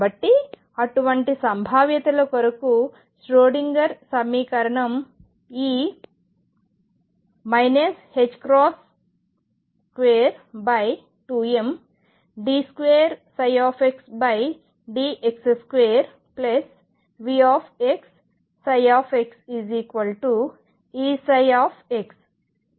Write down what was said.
కాబట్టి అటువంటి సంభావ్యతల కొరకు ష్రోడింగర్ సమీకరణం ఈ 22md2xdx2 VxxEψ